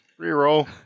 Reroll